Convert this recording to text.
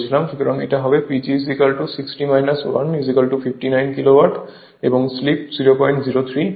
সুতরাং এটা হবে PG 60 1 59 কিলোওয়াট এবং স্লিপ 003 হয়